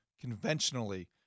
conventionally